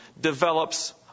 develops